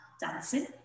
dancing